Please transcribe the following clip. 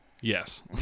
Yes